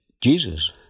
Jesus